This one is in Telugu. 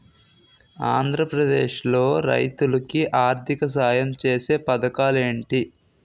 ఆంధ్రప్రదేశ్ లో రైతులు కి ఆర్థిక సాయం ఛేసే పథకాలు ఏంటి?